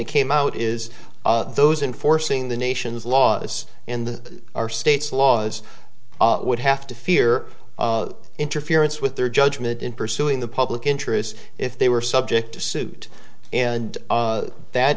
it came out is those enforcing the nation's laws and our state's laws would have to fear interference with their judgment in pursuing the public interest if they were subject to suit and that